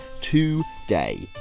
TODAY